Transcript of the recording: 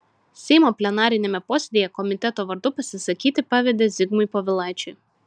seimo plenariniame posėdyje komiteto vardu pasisakyti pavedė zigmui povilaičiui